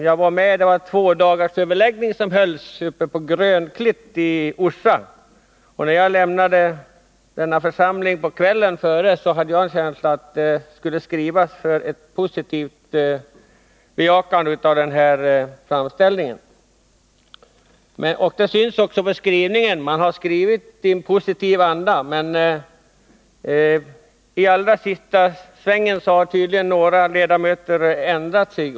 Jag var med om en tvådagarsöverläggning som hölls på Grönklitt i Orsa, och jag lämnade mötet under dess första dag, men då hade jag den känslan att man var för ett positivt ställningstagande till motionens förslag. Det syns också på skrivningen. Man har skrivit i en positiv anda, men i allra sista svängen har tydligen några ledamöter ändrat sig.